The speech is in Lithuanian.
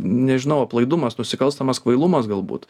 nežnau aplaidumas nusikalstamas kvailumas galbūt